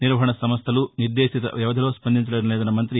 నిర్వహణ సంస్లలు నిర్దేశిత వ్యవధిలో స్పందించడం లేదన్న మంతి